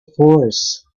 force